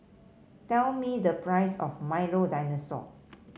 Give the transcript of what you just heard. tell me the price of Milo Dinosaur